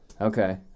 okay